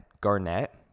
Garnett